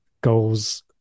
goals